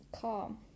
calm